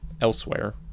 elsewhere